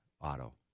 auto